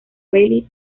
rally